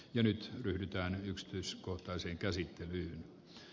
jo nyt ryhdytään yksityiskohtaiseen käsittelyyn